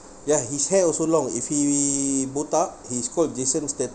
ya his hair also long if he be botak he's called jason statham